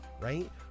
right